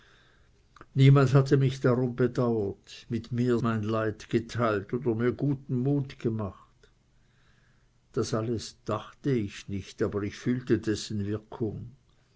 niemand hatte mich darum bedauert mit mir mein leid geteilt oder mir guten mut gemacht das alles dachte ich nicht aber ich fühlte dessen wirkung